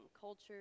culture